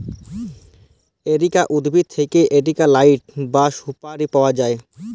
areca উদ্ভিদ থেক্যে areca লাট বা সুপারি পায়া যায়